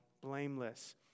blameless